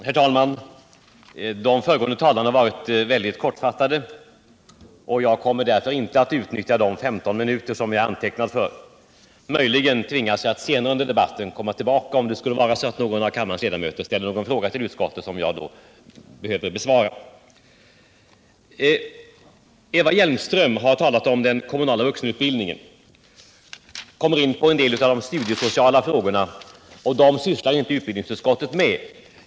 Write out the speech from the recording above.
Herr talman! De föregående talarna har varit mycket kortfattade, och jag kommer därför inte att utnyttja de 15 minuter som jag är antecknad för. Möjligen tvingas jag att senare under debatten komma tillbaka om det skulle vara så att någon av kammarens ledamöter ställer någon fråga till utskottet som jag då behöver besvara. Eva Hjelmström har talat om den kommunala vuxenutbildningen och kom därvid in på en del av de studiesociala frågorna; dem sysslar dock inte utbildningsutskottet med.